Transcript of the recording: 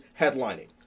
headlining